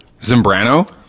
Zimbrano